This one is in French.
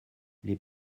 les